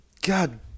god